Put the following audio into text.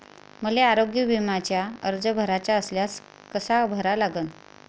मले आरोग्य बिम्याचा अर्ज भराचा असल्यास कसा भरा लागन?